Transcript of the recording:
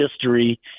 history